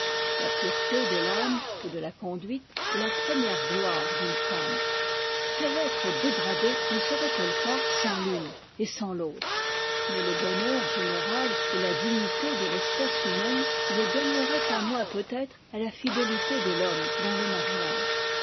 la pureté de l'âme et de la conduite est la première gloire d'une femme quel être dégradé ne serait-elle pas sans l'une et sans l'autre mais le bonheur général et la dignité de l'espèce humaine ne gagneraient pas moins peut-être à la fidélité de l'homme dans le mariage